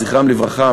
זכרם לברכה,